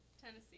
Tennessee